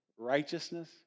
righteousness